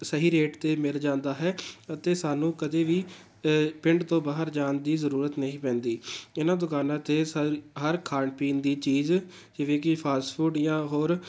ਸਹੀ ਰੇਟ 'ਤੇ ਮਿਲ ਜਾਂਦਾ ਹੈ ਅਤੇ ਸਾਨੂੰ ਕਦੇ ਵੀ ਪਿੰਡ ਤੋਂ ਬਾਹਰ ਜਾਣ ਦੀ ਜ਼ਰੂਰਤ ਨਹੀਂ ਪੈਂਦੀ ਇਹਨਾਂ ਦੁਕਾਨਾਂ 'ਤੇ ਸਾ ਹਰ ਖਾਣ ਪੀਣ ਦੀ ਚੀਜ਼ ਜਿਵੇਂ ਕਿ ਫਾਸਟ ਫੂਡ ਜਾਂ ਹੋਰ